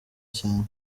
cyane